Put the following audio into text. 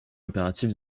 impératif